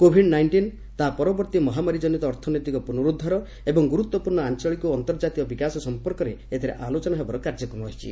Covid nineteen ତା' ପରବର୍ତ୍ତୀ ମହାମାରୀଜନିତ ଅର୍ଥନୈତିକ ପୁନରୁଦ୍ଧାର ଏବଂ ଗୁରୁତ୍ୱପୂର୍ଣ୍ଣ ଆଞ୍ଚଳିକ ଓ ଅନ୍ତର୍ଜାତୀୟ ବିକାଶ ସମ୍ପର୍କରେ ଏଥିରେ ଆଲୋଚନା ହେବ ବୋଲି ଜଣାପଡ଼ିଛି